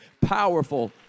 powerful